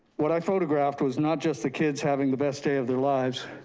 what i photographed was not just the kids having the best day of their lives,